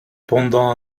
pendant